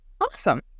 Awesome